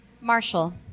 Marshall